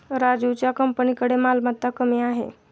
राजीवच्या कंपनीकडे मालमत्ता कमी आहे